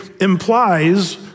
implies